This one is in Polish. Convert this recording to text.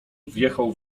wjechał